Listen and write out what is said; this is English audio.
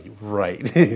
right